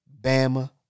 Bama